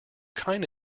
kind